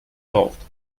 braucht